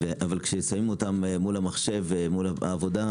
אבל כששמים אותן מול המחשב ומול העבודה,